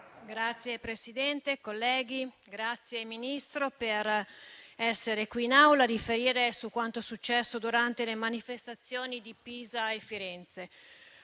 Signor Presidente, colleghi, ringrazio il Ministro per essere qui in Aula a riferire su quanto accaduto durante le manifestazioni di Pisa e Firenze.